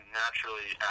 naturally